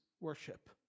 worship